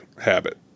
habit